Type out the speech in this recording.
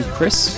Chris